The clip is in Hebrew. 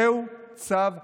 זהו צו השעה.